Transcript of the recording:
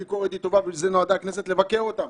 הביקורת טובה, והכנסת נועדה כדי לבקר אותם.